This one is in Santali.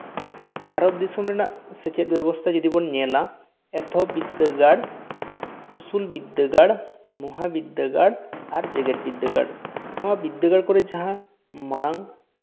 ᱵᱷᱟᱨᱚᱛ ᱫᱤᱥᱚᱢ ᱨᱮᱱᱟᱜ ᱥᱮᱪᱮᱫ ᱵᱮᱵᱚᱥᱛᱷᱟ ᱡᱩᱫᱤ ᱵᱚᱱ ᱧᱮᱞᱟ ᱮᱛᱚᱦᱚᱵ ᱵᱤᱫᱽᱫᱟᱹᱜᱟᱲ ᱩᱥᱩᱞ ᱵᱤᱫᱽᱫᱟᱹᱜᱟᱲ ᱢᱟᱦᱟ ᱵᱤᱫᱽᱫᱟᱹᱜᱟᱲ ᱟᱨ ᱡᱮᱜᱮᱛ ᱵᱤᱫᱽᱫᱟᱹᱜᱟᱲ ᱱᱚᱣᱟ ᱵᱤᱫᱽᱫᱟᱹᱜᱟᱲ ᱠᱚᱨᱮ ᱡᱟᱦᱟᱸ ᱢᱟᱲᱟᱝ